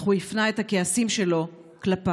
אך הוא הפנה את הכעסים שלו כלפיי.